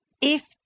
If